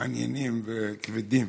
מעניינים וכבדים.